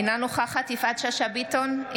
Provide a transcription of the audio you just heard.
אינה נוכחת יפעת שאשא ביטון,